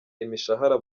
imishahara